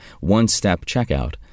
one-step-checkout